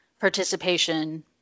participation